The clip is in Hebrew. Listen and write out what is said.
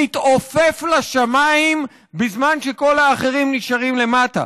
מתעופף לשמיים בזמן שכל האחרים נשארים למטה.